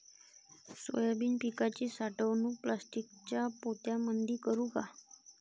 Soybean पिकाची साठवणूक प्लास्टिकच्या पोत्यामंदी करू का?